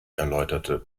erläuterte